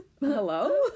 Hello